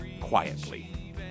quietly